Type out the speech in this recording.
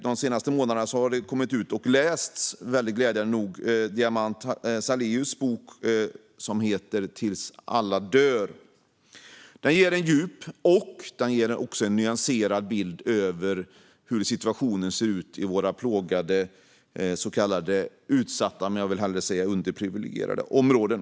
De senaste månaderna har glädjande nog även Diamant Salihus bok Tills alla dör lästs. Den ger en djup och nyanserad bild av hur situationen ser ut i våra plågade och så kallade utsatta - men jag vill hellre säga underprivilegierade - områden.